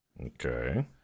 Okay